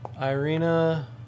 Irina